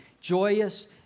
joyous